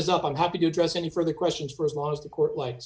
is up i'm happy to address any further questions for as long as the court like